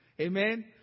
Amen